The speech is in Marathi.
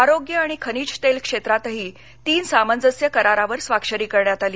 आरोग्य आणि खनिज तेल क्षेत्रातही तीन सामंजस्य करारावर स्वाक्षरी करण्यातआली